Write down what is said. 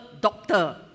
doctor